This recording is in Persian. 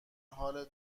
حال